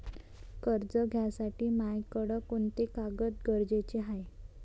कर्ज घ्यासाठी मायाकडं कोंते कागद गरजेचे हाय?